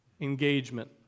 engagement